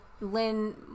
lynn